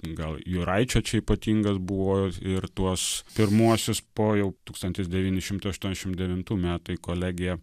gal juraičio čia ypatingas buvo ir tuos pirmuosius po jau tūkstantis devyni šimtai aštuoniasdešim devintų metų į kolegiją